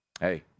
hey